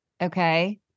okay